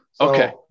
Okay